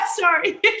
Sorry